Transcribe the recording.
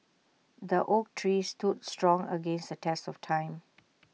the oak tree stood strong against the test of time